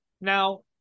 Now